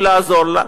ולעזור לה.